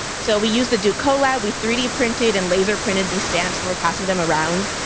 so we used the ducola, we three d printed and laser printed these stamps and we're passing them around.